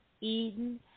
Eden